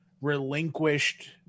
relinquished